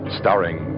starring